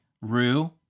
Rue